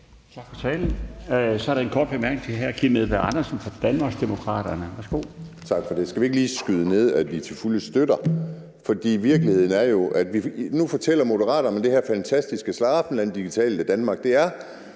Tak for talen. Der er en kort bemærkning til hr. Kim Edberg Andersen fra Danmarksdemokraterne. Værsgo.